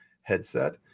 headset